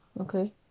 Okay